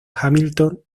hamilton